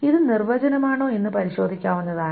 ഇത് നിർവചനമാണോ എന്ന് പരിശോധിക്കാവുന്നതാണ്